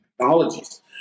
Technologies